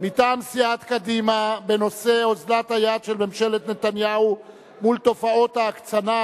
מטעם סיעת קדימה בנושא: אוזלת היד של ממשלת נתניהו מול תופעות ההקצנה,